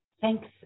Thanks